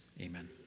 Amen